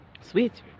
Sweet